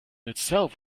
itself